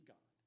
God